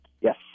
Yes